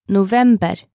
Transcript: November